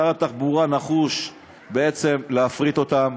שר התחבורה נחוש בעצם להפריט אותם.